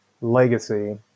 legacy